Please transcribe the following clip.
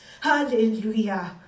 Hallelujah